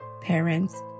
parents